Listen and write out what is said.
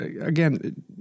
again